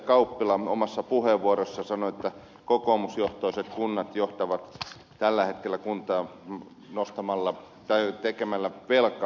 kauppila omassa puheenvuorossaan sanoi että kokoomusjohtoiset kunnat johtavat tällä hetkellä kuntaa tekemällä velkaa